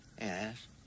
Yes